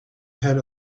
had